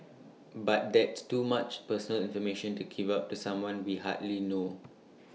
but that's too much personal information to give out to someone we hardly know